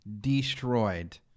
destroyed